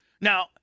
Now